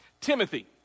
Timothy